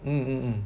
mm mm mm